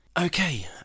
okay